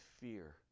fear